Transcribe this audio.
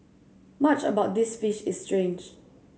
much about this fish is strange